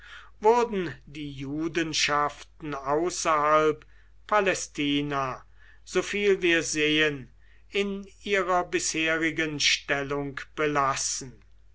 wurden die judenschaften außerhalb palästina so viel wir sehen in ihrer bisherigen stellung belassen